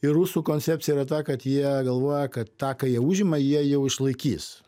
ir rusų koncepcija yra ta kad jie galvoja kad tą ką jie užima jie jau išlaikys